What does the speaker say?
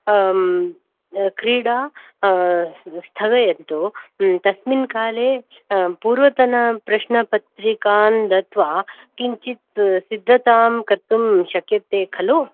क्रीडा स्थगयन्तु तस्मिन् काले पूर्वतनप्रश्नपत्रिकान् दत्वा किञ्चित् सिद्धतां कर्तुं शक्यते खलु